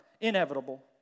inevitable